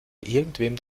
irgendwem